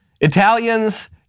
Italians